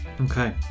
Okay